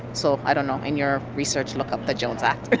so i don't know. in your research, look up the jones act